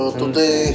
today